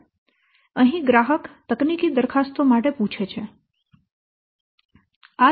તેથી અહીં ગ્રાહક તકનીકી દરખાસ્તો માટે પૂછે છે